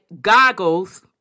goggles